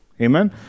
Amen